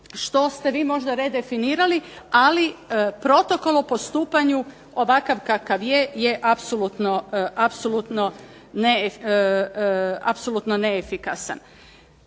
što ste vi možda redefinirali ali protokol u postupanju ovakav kakav je je apsolutno neefikasan.